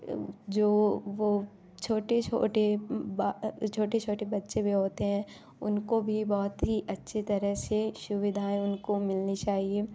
जो वह छोटे छोटे बा छोटे छोटे बच्चे भी होते हैं उनको भी बहुत ही अच्छी तरह से सुविधाएँ उनको मिलनी चाहिए